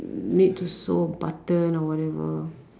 need to sew a button or whatever